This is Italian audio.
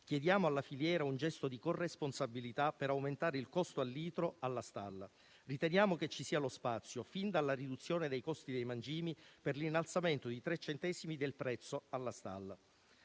Chiediamo alla filiera un gesto di corresponsabilità per aumentare il costo al litro alla stalla. Riteniamo che ci sia lo spazio, fin dalla riduzione dei costi dei mangimi per l'innalzamento di 3 centesimi del prezzo alla stalla.